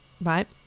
right